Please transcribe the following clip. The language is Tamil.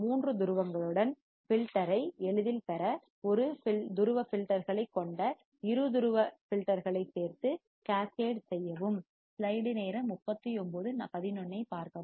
மூன்று துருவங்களுடன் போல்களுடன் ஃபில்டர்யை எளிதில் பெற ஒரு துருவ ஃபில்டர்களைக் கொண்ட இரு துருவ ஃபில்டர்யை சேர்த்து கேஸ் கேட் செய்யவும்